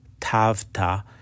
tavta